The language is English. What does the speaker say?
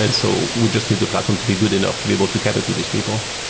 and so we just need the platform to be good enough to be able to get it to these people.